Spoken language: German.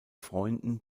freunden